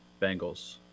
Bengals